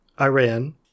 Iran